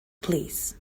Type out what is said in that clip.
plîs